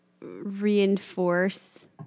reinforce